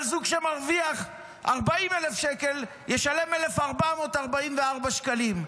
אבל זוג שמרוויח 40,000 שקל ישלם 1,444 שקלים.